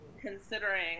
considering